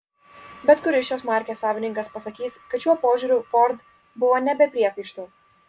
bet kuris šios markės savininkas pasakys kad šiuo požiūriu ford buvo ne be priekaištų